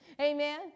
amen